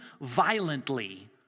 violently